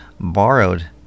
borrowed